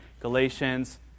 galatians